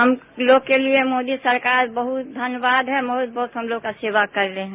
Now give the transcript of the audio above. हम लोगों के लिए मोदी सरकार बहुत धन्यवाद है बहुत बहुत हम लोगों का सेवा कर रहे हैं